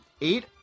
eight